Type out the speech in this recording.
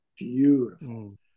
Beautiful